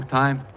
time